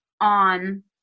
on